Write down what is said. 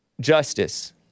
justice